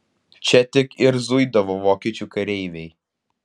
čia tik ir zuidavo vokiečių kareiviai